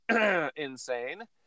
Insane